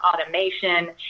automation